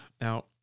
Now